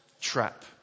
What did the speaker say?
trap